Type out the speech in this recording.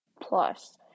plus